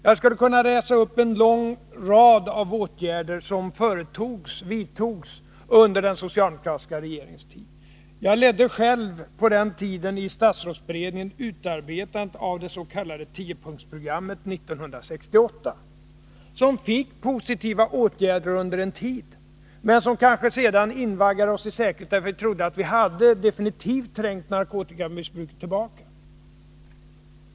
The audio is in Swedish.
Jag skulle kunna läsa upp en lång rad av åtgärder som vidtogs 29 november 1982 under den tidigare socialdemokratiska regeringens tid. Jag ledde själv på den tiden i statsrådsberedningen utarbetandet av dets.k. tiopunktsprogrammet Om kampen mot 1968, som fick positiva effekter under en tid men som kanske sedan parkotikamissbruinvaggade oss i säkerhet, därför att vi trodde att vi definitivt hade trängt ket tillbaka narkotikamissbruket.